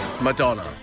Madonna